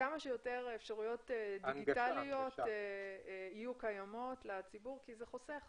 כמה שיותר אפשרויות דיגיטליות יהיו קיימות לציבור כי זה חוסך עלויות,